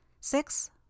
Six